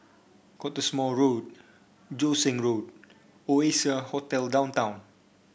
Cottesmore Road Joo Seng Road Oasia Hotel Downtown